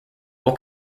will